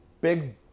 Big